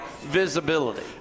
visibility